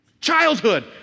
Childhood